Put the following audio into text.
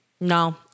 No